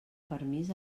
permís